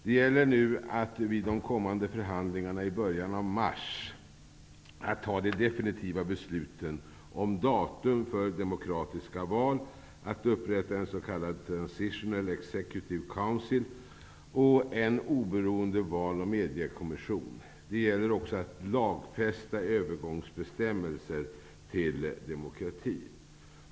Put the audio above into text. Det gäller nu att vid de kommande förhandlingarna i början av mars ta de definitiva besluten om datum för demokratiska val, om att upprätta en s.k. transitional executive council och en oberoende val och mediakommission. Det gäller också att lagfästa bestämmelser om övergång till demokrati.